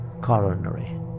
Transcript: coronary